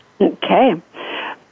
Okay